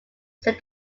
said